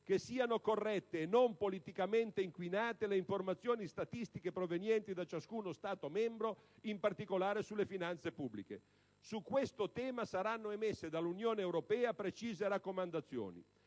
che siano corrette e non politicamente inquinate le informazioni statistiche provenienti da ciascuno Stato membro, in particolare sulle finanze pubbliche». Su questo tema, saranno emesse dall'Unione europea precise raccomandazioni.